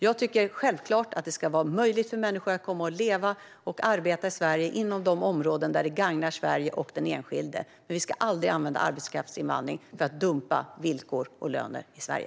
Det ska självklart vara möjligt för människor att komma och leva och arbeta i Sverige inom de områden där det gagnar Sverige och den enskilde. Men vi ska aldrig använda arbetskraftsinvandring för att dumpa villkor och löner i Sverige.